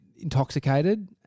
intoxicated